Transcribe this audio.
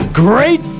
Great